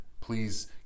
Please